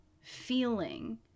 feeling